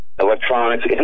electronics